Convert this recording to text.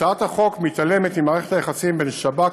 הצעת החוק מתעלמת ממערכת היחסים בין שב"כ,